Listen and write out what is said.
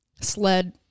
sled